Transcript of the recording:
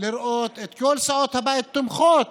לראות את כל סיעות הבית תומכות